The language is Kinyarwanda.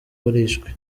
barishwe